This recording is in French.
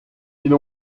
mille